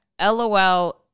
lol